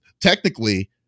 Technically